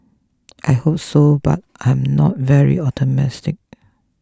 I hope so but I am not very optimistic